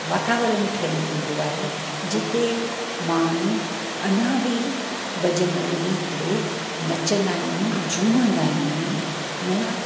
वातावरणु ठही वेंदो आहे जिते माण्हू अञा बि भजनि ॿुधी करे नचंदा आहिनि झूमंदा आहिनि न